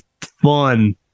fun